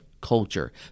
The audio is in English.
culture